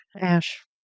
Ash